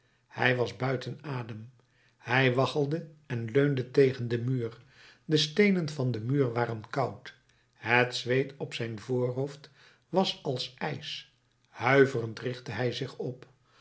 hij was buiten adem hij waggelde en leunde tegen den muur de steenen van den muur waren koud het zweet op zijn voorhoofd was als ijs huiverend richtte hij zich op